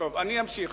טוב, אני אמשיך.